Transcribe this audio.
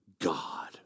God